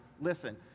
Listen